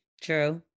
True